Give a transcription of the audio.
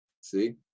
see